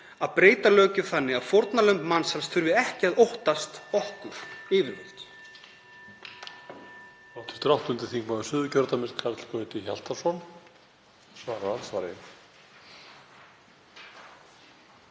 að breyta löggjöf þannig að fórnarlömb mansals þurfi ekki að óttast okkur yfirleitt?